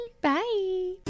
bye